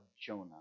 Jonah